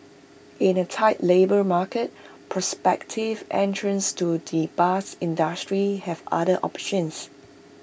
in A tight labour market prospective entrants to the bus industry have other options